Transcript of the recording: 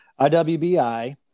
IWBI